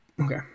Okay